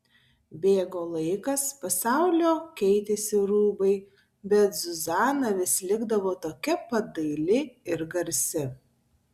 bėgo laikas pasaulio keitėsi rūbai bet zuzana vis likdavo tokia pat daili ir garsi